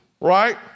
Right